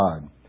God